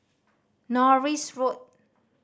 Norris Road